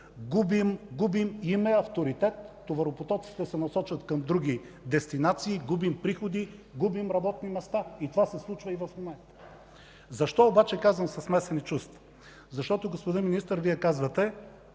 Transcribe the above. губим име, авторитет, товаропотоците се насочват към други дестинации, губим приходи, губим работни места. Това се случва и в момента. Защо обаче казвам „със смесени чувства”? Защото, господин Министър, Вие казвате: